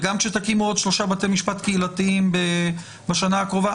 גם כאשר תקימו עוד שלושה בתי משפט קהילתיים בשנה הקרובה,